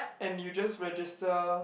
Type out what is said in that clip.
and you just register